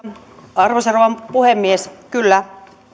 arvoisa rouva puhemies kyllä